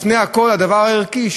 לפני הכול הדבר הערכי,